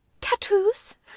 Tattoos